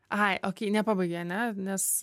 ai okėj nepabaigei ane nes